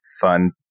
fun